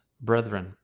brethren